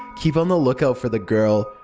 keep on the lookout for the girl.